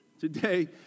Today